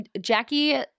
Jackie